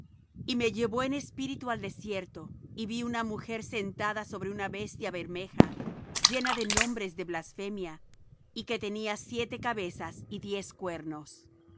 y me llevó en espíritu al desierto y vi una mujer sentada sobre una bestia bermeja llena de nombres de blasfemia y que tenía siete cabezas y diez cuernos